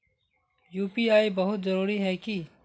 UPI बहुत जरूरी है की?